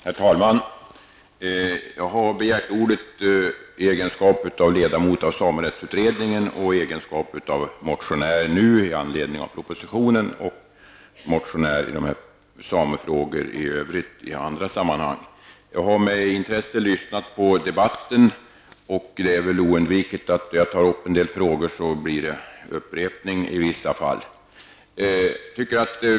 Herr talman! Jag har begärt ordet i egenskap av ledamot av samerättsutredningen och i egenskap av motionär i anledning av propositionen och i anledning av samefrågor i övrigt i andra sammanhang. Jag har med intresse lyssnat på debatten, och det är väl oundvikligt att en del av de frågor jag tar upp blir en upprepning av vad som tidigare har sagts.